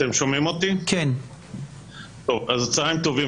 צוהריים טובים.